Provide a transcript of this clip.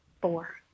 Four